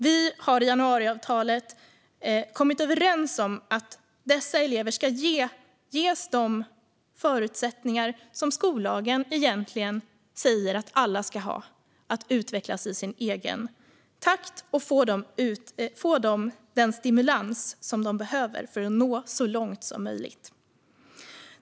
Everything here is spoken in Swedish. Vi har i januariavtalet kommit överens om att dessa elever ska ges de förutsättningar som skollagen egentligen säger att alla ska ha för att utvecklas i sin egen takt och få den stimulans som de behöver för att nå så långt som möjligt.